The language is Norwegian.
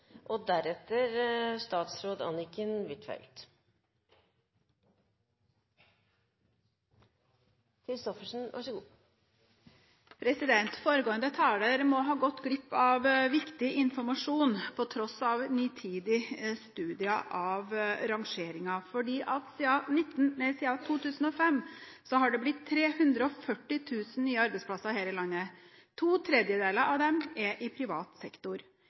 ha gått glipp av viktig informasjon. Siden 2005 har det blitt 340 000 nye arbeidsplasser her i landet. To tredjedeler av dem er i privat sektor.